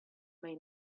may